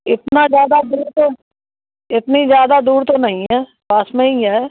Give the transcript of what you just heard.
इतना ज़्यादा दूर तो इतना ज़्यादा दूर तो नहीं है पास में ही है